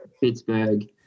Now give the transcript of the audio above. Pittsburgh